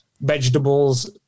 vegetables